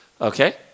Okay